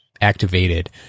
activated